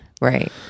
right